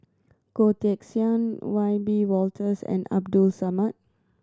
Goh Teck Sian Wiebe Wolters and Abdul Samad